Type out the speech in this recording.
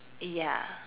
ya